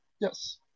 Yes